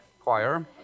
choir